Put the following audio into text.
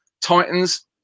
Titans